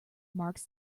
marks